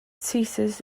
ceases